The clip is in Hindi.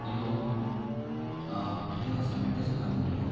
हेलो भैया ज़ोमेटो से बात हो रही है